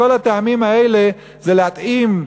כל הטעמים האלה זה להטעים,